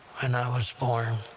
and i was born,